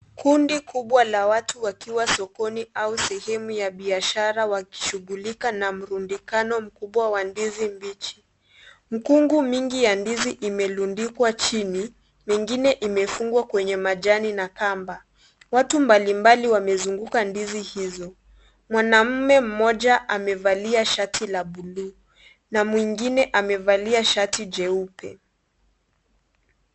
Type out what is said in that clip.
Kundi kubwa la watu wakiwa sokoni au sehemu ya biashara wakishughulika na mrundikano mkubwa wa ndizi mbichi. Mikungu mingi ya ndizi imerundikwa chini. Mingine imerundikwa kwenye majani na kamba. Watu mbalimbali wamezunguka ndizi hizo. Mwanamume mmoja amevalia shati la buluu na mwengine amevalia shati jeupe.